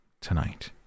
tonight